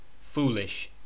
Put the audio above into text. foolish